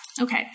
Okay